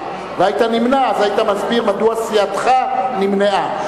כסיעה והיית נמנע, היית מסביר מדוע סיעתך נמנעה.